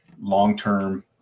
long-term